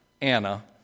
Anna